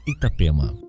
Itapema